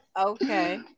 Okay